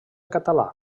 català